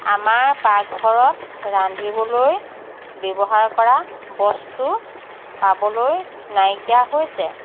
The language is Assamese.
আমাৰ পাকঘৰত ৰান্ধিবলৈ ব্যৱহাৰ কৰা বস্তু পাবলৈ নাইকীয়া হৈছে